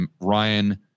Ryan